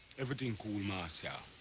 everything cooi, marcia.